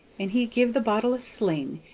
and he give the bottle a sling,